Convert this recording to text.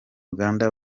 uganda